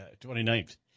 29th